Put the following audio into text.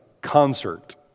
concert